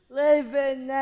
living